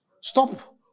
Stop